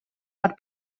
per